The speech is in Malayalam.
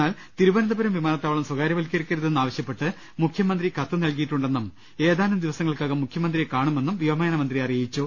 എന്നാൽ തിരുവനന്തപുരം വിമാ നത്താവളം സ്വകാര്യവൽക്കരിക്കരുതെന്നാവശ്യപ്പെട്ട് മുഖ്യമന്ത്രി കത്ത് നൽകിയി ട്ടുണ്ടെന്നും ഏതാനും ദിവസങ്ങൾക്കകം മുഖ്യമന്ത്രിയെ കാണുമെന്നും വ്യോമ യാന മന്ത്രി അറിയിച്ചു